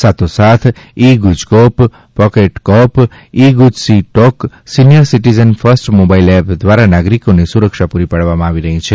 સાથોસાથ ઈગુજકોપ પોકેટકોપ ઈગુજસીટોકસીનીયર સીટીઝન ફસ્ટ મોબાઇલ એપ દ્વારા નાગરિકોને સુરક્ષા પરી પાડવામાં આવી રહી છે